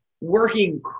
working